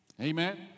Amen